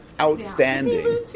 outstanding